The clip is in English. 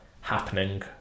happening